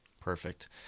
Perfect